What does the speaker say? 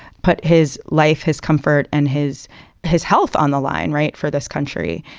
put his life, his comfort and his his health on the line. right. for this country.